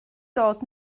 dod